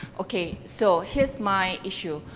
okay, so, here's my issue.